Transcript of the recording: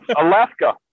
Alaska